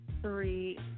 three